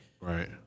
Right